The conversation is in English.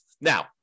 Now